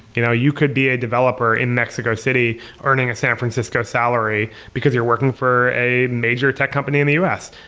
you know you could be a developer in mexico city earning a san francisco salary, because you're working for a major tech company in the us,